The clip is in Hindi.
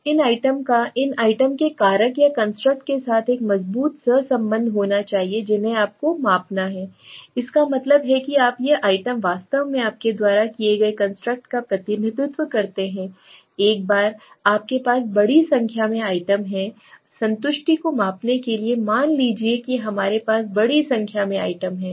इन आइटम का इन आइटम के कारक या कंस्ट्रक्ट के साथ एक मजबूत सहसंबंध होना चाहिए जिन्हें आप को मापना हैI इसका मतलब है कि ये आइटम वास्तव में आपके द्वारा किए गए कंस्ट्रक्ट का प्रतिनिधित्व करते हैं एक बार आपके पास बड़ी संख्या में आइटम हैं संतुष्टि को मापने के लिए मान लीजिए कि हमारे पास बड़ी संख्या में आइटम हैं